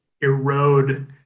erode